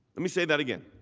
but me say that again.